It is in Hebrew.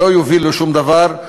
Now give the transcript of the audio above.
שלא יוביל לשום דבר,